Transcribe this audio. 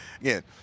Again